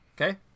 Okay